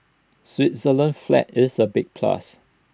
Switzerland's flag is A big plus